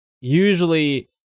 Usually